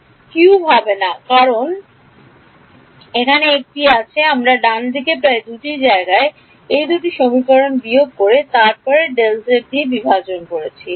এটি কিউব হবে না কারণ একটি আছে আমি ডানদিকে প্রায় দুটি জায়গায় এই দুটি সমীকরণ বিয়োগ করে তারপরে Δz দিয়ে বিভাজন করছি